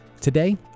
Today